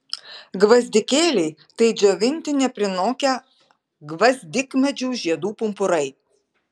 gvazdikėliai tai džiovinti neprinokę gvazdikmedžių žiedų pumpurai